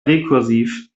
rekursiv